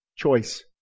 choice